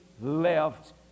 left